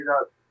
up